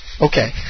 Okay